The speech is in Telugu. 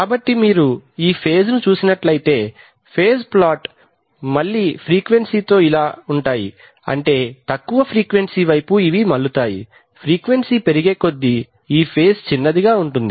కాబట్టి మీరు ఈ ఫేజ్ ను చూసినట్లయితే ఫేజ్ ప్లాట్లు మళ్లీ ఫ్రీక్వెన్సీతో ఇలా ఉంటాయి అంటే తక్కువ ఫ్రీక్వెన్సీ వైపు ఇవి మల్లుతాయి ఫ్రీక్వెన్సీపెరిగే కొద్దీ ఈ ఫేజ్ చిన్నదిగా ఉంటుంది